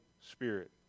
Spirit